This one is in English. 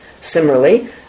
Similarly